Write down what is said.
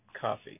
Coffee